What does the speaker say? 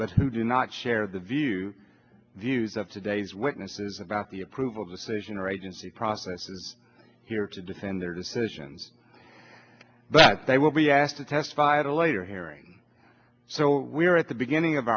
but who do not share the view views of today's witnesses about the approval decision or agency processes here to defend their decisions but they will be asked to testify at a later hearing so we are at the beginning of